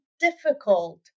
difficult